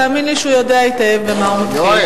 תאמין לי שהוא יודע היטב במה הוא מתחיל.